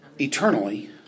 eternally